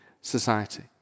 society